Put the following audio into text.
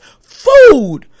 food